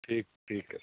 ਠੀਕ ਠੀਕ ਹੈ